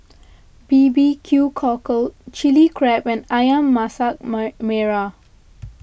B B Q Cockle Chili Crab and Ayam Masak Merah